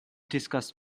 discuss